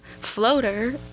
floater